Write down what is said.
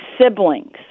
siblings